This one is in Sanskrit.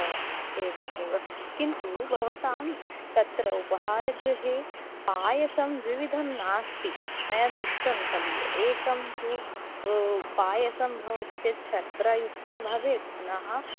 ओ एवम् एव किन्तु भवतां तत्र उपहारगृहे पायसं द्विविधं नास्ति मया दृष्टं खलु एकं तु पायसं भवति चेत् शर्करायुक्तं भवेत् पुनः